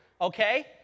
okay